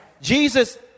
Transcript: Jesus